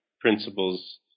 principles